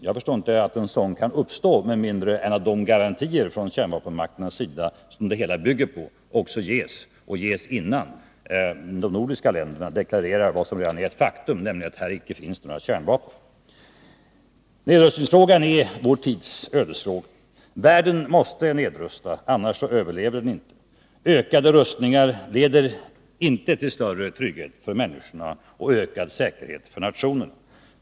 Jag förstår inte att en sådan kan uppstå med mindre än att de garantier ifrån kärnvapenmakternas sida som det hela bygger på också ges och ges innan de nordiska länderna deklarerar vad som redan är ett faktum, att det här icke finns några kärnvapen. Nedrustningsfrågan är vår tids ödesfråga. Världen måste nedrusta— annars överlever vi inte. Ökade rustningar leder inte till större, trygghet för människorna och ökad säkerhet för nationerna.